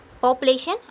Population